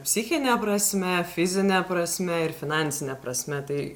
psichine prasme fizine prasme ir finansine prasme tai